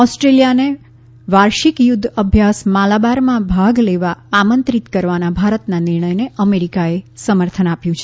ઓસ્ટ્રેલિયાને વાર્ષિક યુધ્ધ અભ્યાસ માલાબારમાં ભાગ લેવા આમંત્રિત કરવાના ભારતના નિર્ણયને અમેરિકાએ સમર્થન આપ્યું છે